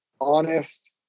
honest